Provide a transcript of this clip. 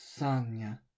Sanya